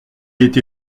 été